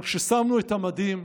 אבל כששמנו את המדים,